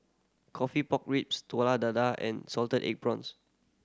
coffee pork ribs Telur Dadah and salted egg prawns